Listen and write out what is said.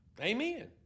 Amen